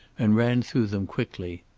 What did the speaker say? and ran through them quickly.